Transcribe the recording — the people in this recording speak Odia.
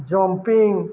ଜମ୍ପିଙ୍ଗ